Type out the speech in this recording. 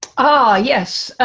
ah yes,